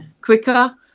quicker